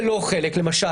למשל,